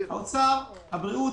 מי אחראי על זה האוצר או הבריאות,